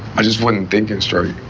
i just wasn't thinking straight